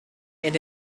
and